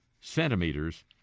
centimeters